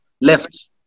left